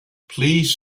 please